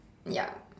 ya